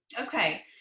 Okay